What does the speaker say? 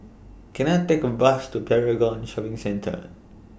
Can I Take A Bus to Paragon Shopping Centre